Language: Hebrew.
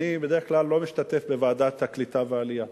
אני בדרך כלל לא משתתף בוועדת הקליטה והעלייה.